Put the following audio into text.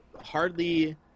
hardly